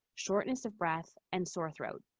shortness of breath, and sore throat.